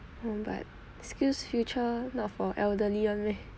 but SkillsFuture not for elderly [one] meh